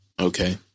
Okay